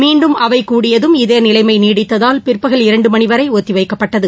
மீண்டும் அவை கூடியதும் இதே நிலைமை நீடித்ததால் பிற்பகல் இரண்டு மணி வரை ஒத்திவைக்கப்பட்டது